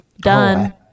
Done